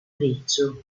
riccio